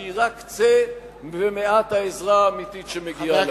שהיא רק קצה ומעט העזרה האמיתית שמגיעה להם.